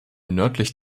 nördlich